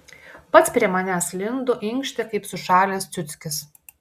pats prie manęs lindo inkštė kaip sušalęs ciuckis